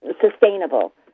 sustainable